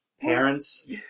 Parents